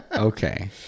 Okay